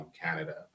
Canada